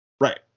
Right